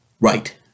Right